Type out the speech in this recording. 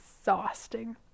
exhausting